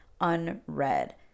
unread